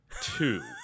Two